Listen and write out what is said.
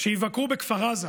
שיבקרו בכפר עזה,